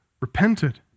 repented